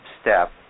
step